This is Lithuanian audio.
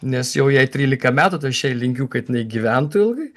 nes jau jai trylika metų tai aš jai linkiu kad jinai gyventų ilgai